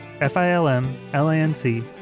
F-I-L-M-L-A-N-C